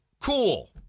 Cool